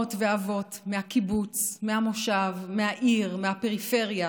אימהות ואבות מהקיבוץ, מהמושב, מהעיר, מהפריפריה,